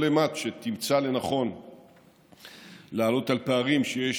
כל אימת שתמצא לנכון לעלות על פערים שיש